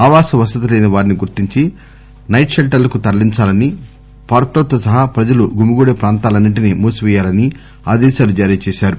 ఆవాస వసతి లేని వారిని గుర్తించి సైట్ షెల్టర్లకు తరలించాలని పార్కులు సహా ప్రజలు గుమిగూడే ప్రాంతాలన్ని ంటినీ మూసిపేయాలని ఆదేశాలు జారీ చేసింది